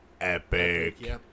epic